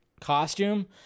costume